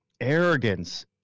arrogance